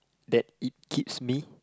that it keeps me